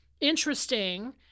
interesting